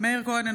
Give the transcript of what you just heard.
מאיר כהן,